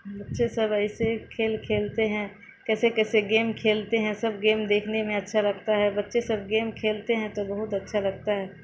بچے سب ایسے کھیل کھیلتے ہیں کیسے کیسے گیم کھیلتے ہیں سب گیم دیکھنے میں اچھا لگتا ہے بچے سب گیم کھیلتے ہیں تو بہت اچھا لگتا ہے